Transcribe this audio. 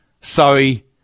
sorry